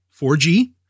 4G